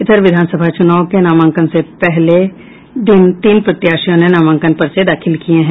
इधर विधानसभा चुनाव के नामांकन के पहले दिन तीन प्रत्याशियों ने नामांकन पर्चे दाखिल किये हैं